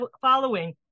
following